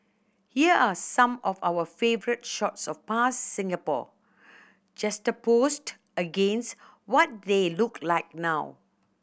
here are some of our favourite shots of past Singapore juxtaposed against what they look like now